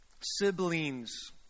siblings